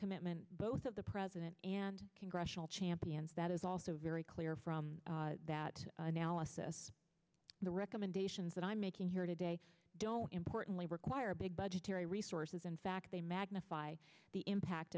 commitment both of the president and congressional champions that is also very clear from that analysis the recommendations that i'm making here today don't importantly require big budgetary resources in fact they magnify the impact